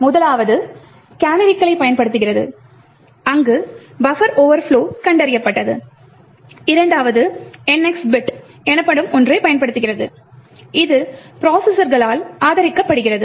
முதலாவது கேனரி களைப் பயன்படுத்துகிறது அங்கு பஃபர் ஓவர்ப்லொ கண்டறியப்பட்டது இரண்டாவது NX பிட் எனப்படும் ஒன்றைப் பயன்படுத்துகிறது இது ப்ரோசஸர்களால் ஆதரிக்கப்படுகிறது